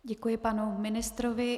Děkuji panu ministrovi.